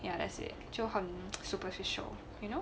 ya that's it 就很 superficial you know